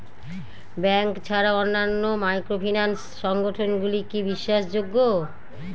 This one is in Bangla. ব্যাংক ছাড়া অন্যান্য মাইক্রোফিন্যান্স সংগঠন গুলি কি বিশ্বাসযোগ্য?